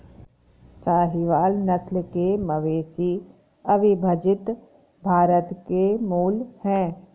साहीवाल नस्ल के मवेशी अविभजित भारत के मूल हैं